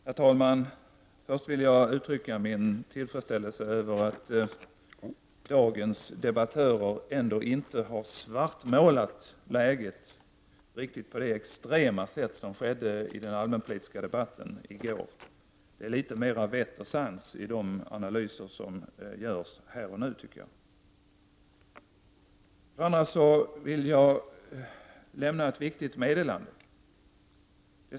Herr talman! Först vill jag uttrycka min tillfredsställelse över att dagens debattörer ändå inte har svartmålat läget på det extrema sätt som skedde i den allmänpolitiska debatten i går. Det är litet mer av vett och sans i de analyser som görs här och nu, tycker jag. Jag vill också lämna ett viktigt meddelande.